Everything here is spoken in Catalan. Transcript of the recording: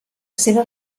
seva